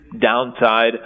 downside